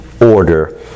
order